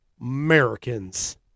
Americans